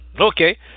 Okay